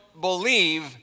believe